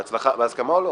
הוא בהסכמה או לא?